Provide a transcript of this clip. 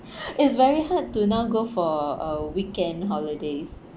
is very hard to now go for a weekend holidays